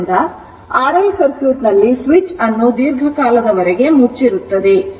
ಆದ್ದರಿಂದ RL circuit ನಲ್ಲಿ switch ಅನ್ನು ದೀರ್ಘಕಾಲದವರೆಗೆ ಮುಚ್ಚಿರುತ್ತದೆ